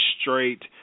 straight